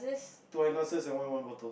two wine glasses and one wine bottle